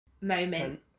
moment